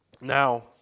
Now